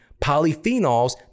polyphenols